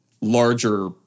larger